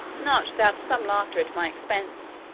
not without some laughter at my expense.